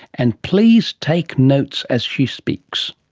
and please take notes as she speaks.